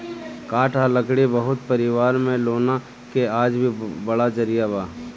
काठ आ लकड़ी बहुत परिवार में लौना के आज भी बड़ा जरिया बा